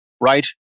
right